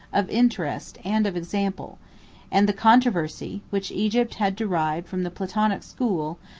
of interest, and of example and the controversy, which egypt had derived from the platonic school,